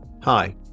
Hi